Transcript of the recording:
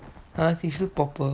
!huh! she's too proper